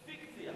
פיקציה.